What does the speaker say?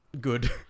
Good